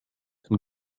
and